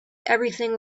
everything